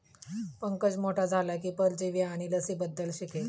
पंकज मोठा झाला की परजीवी आणि लसींबद्दल शिकेल